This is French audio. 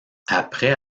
après